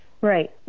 Right